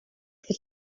for